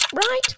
Right